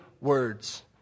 words